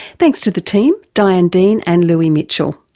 thanks to the team, diane dean and louis mitchell.